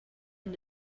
and